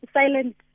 silent